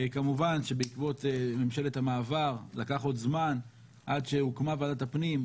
כמובן שבעקבות ממשלת המעבר לקח עוד זמן עד שהוקמה ועדת הפנים.